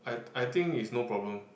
I I think is no problem